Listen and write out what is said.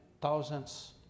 thousands